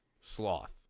Sloth